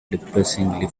depressingly